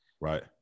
right